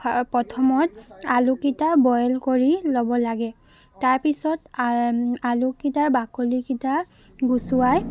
প্ৰথমত আলুকেইটা বইল কৰি ল'ব লাগে তাৰপিছত আলুকেইটাৰ বাকলিকিটা গুচুৱাই